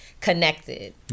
connected